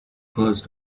first